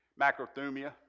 macrothumia